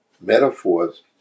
Metaphors